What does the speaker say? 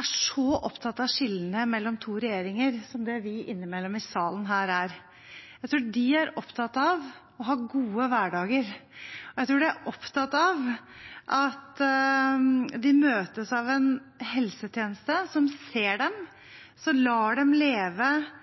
er så opptatt av skillet mellom to regjeringer som det vi i salen innimellom er. Jeg tror de er opptatt av å ha gode hverdager. Jeg tror de er opptatt av at de møtes av en helsetjeneste som ser dem, som lar dem leve